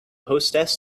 hostess